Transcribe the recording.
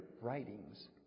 writings